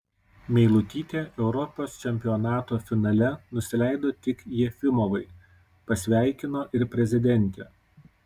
meilutytė europos čempionato finale nusileido tik jefimovai pasveikino ir prezidentė